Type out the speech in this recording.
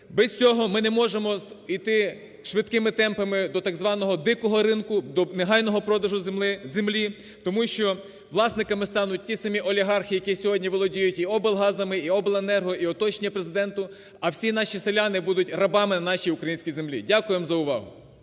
Без цього ми не можемо іти швидкими темпами до так званого дикого ринку, до негайного продажу землі, тому що власниками стануть ті самі олігархи, які сьогодні володіють і облгазами, і обленерго, і оточення Президента, а всі наші селяни будуть рабами на нашій українській землі. Дякую за увагу.